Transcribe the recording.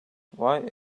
why